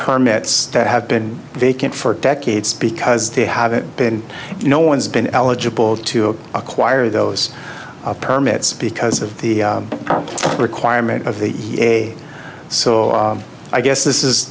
permits that have been vacant for decades because they haven't been no one's been eligible to acquire those permits because of the requirement of the day so i guess this is